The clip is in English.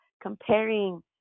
comparing